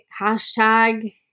hashtag